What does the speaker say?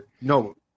no